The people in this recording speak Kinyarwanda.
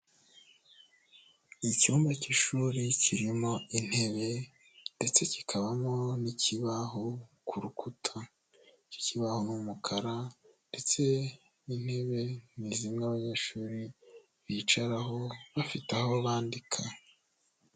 Icyumba k'ishuri kirimo intebe ndetse kikabamo n'ikibaho ku rukuta, icyo kibaho ni umukara ndetse n'intebe ni zimwe abanyeshuri bicaraho bafite aho bandika.